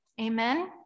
Amen